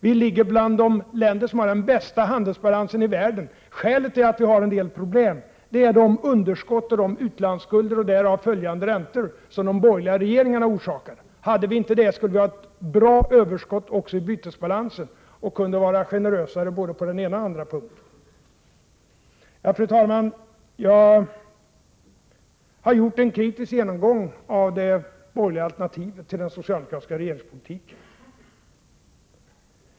Sverige tillhör de länder som har den bästa handelsbalansen i världen. Skälet till att vi har problem med bytesbalansen är de underskott och de utlandsskulder — och därav följande räntor — som de borgerliga regeringarna orsakade. Vore det inte så, skulle vi också ha ett bra överskott när det gäller bytesbalansen. Då kunde vi vara generösare både på den ena och på den andra punkten. Fru talman! Jag har gjort en kritisk genomgång av det borgerliga alternativet till den socialdemokratiska regeringspolitiken.